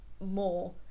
more